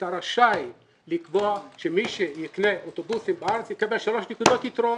אתה רשאי לקבוע שמי שיקנה אוטובוסים בארץ יקבל שלוש נקודות יתרון,